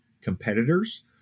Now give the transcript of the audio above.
competitors